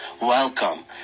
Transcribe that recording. welcome